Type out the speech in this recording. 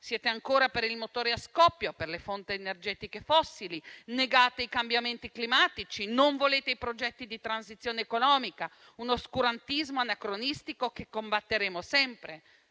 Siete ancora per il motore a scoppio e per le fonti energetiche fossili. Negate i cambiamenti climatici. Non volete i progetti di transizione economica. È un oscurantismo anacronistico che combatteremo sempre,